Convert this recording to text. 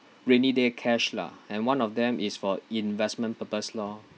rainy day cash lah and one of them is for investment purpose lor